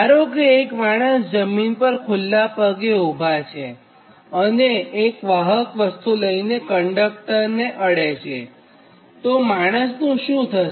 ધારો કે એક માણસ જમીન પર ખુલ્લા પગે ઊભા છે અને એક વાહક વસ્તુ લઈને કન્ડક્ટરને અડે છે તો માણસ નું શું થશે